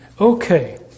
Okay